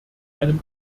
einem